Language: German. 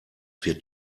wird